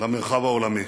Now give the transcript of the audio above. למרחב העולמי.